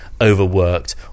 overworked